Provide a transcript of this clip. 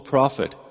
Prophet